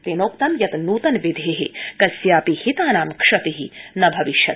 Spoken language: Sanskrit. तेनोक्तं यत् नूतनविधे कस्यापि हितानां क्षति न भविष्यति